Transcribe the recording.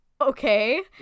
okay